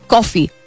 Coffee